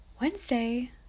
Wednesday